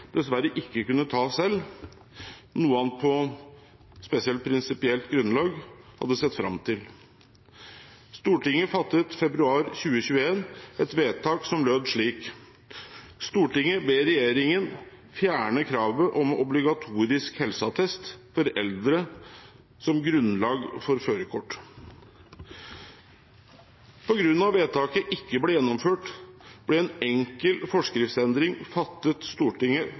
dessverre ikke kunne ta selv, noe han på spesielt prinsipielt grunnlag hadde sett fram til. Stortinget fattet februar 2021 et vedtak som lød slik: «Stortinget ber regjeringen fjerne kravet om obligatorisk helseattest for eldre som grunnlag for førerkort.» På grunn av at vedtaket ikke ble gjennomført,